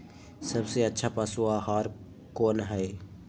सबसे अच्छा पशु आहार कोन हई?